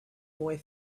boy